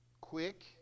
Quick